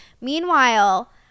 meanwhile